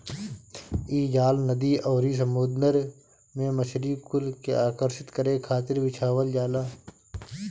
इ जाल नदी अउरी समुंदर में मछरी कुल के आकर्षित करे खातिर बिछावल जाला